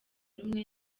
rumwe